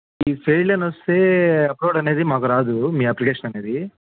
ఈ ఫెయిల్డ్ అని వస్తే అప్లోడ్ అనేది మాకు రాదు మీ అప్లికేషన్ అనేది